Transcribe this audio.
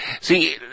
See